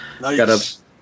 Nice